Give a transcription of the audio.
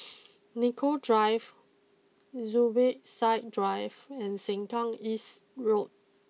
Nicoll Drive Zubir Said Drive and Sengkang East Road